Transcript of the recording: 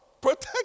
protect